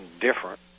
different